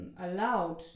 allowed